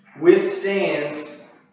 withstands